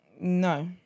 No